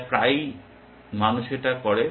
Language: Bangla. তাই প্রায়ই মানুষ এটা করে